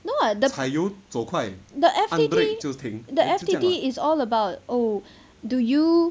no [what] the F_T_T the F_T_T is all about oh do you